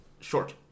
short